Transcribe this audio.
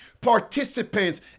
participants